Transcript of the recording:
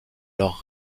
leur